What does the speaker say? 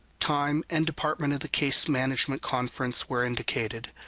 time, and department of the case management conference where indicated.